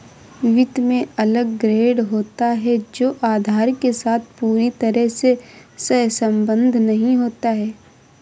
वित्त में अलग ग्रेड होता है जो आधार के साथ पूरी तरह से सहसंबद्ध नहीं होता है